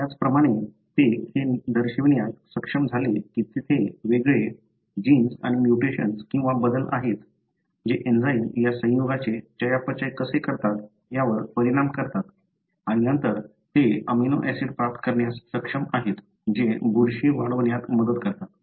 त्याचप्रमाणे ते हे दर्शविण्यात सक्षम झाले की तेथे वेगळे जीन्स आणि म्युटेशन्स किंवा बदल आहेत जे एंजाइम या संयुगाचे चयापचय कसे करतात यावर परिणाम करतात आणि नंतर ते अमीनो ऍसिड प्राप्त करण्यास सक्षम आहेत जे बुरशी वाढण्यास मदत करतात